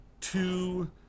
two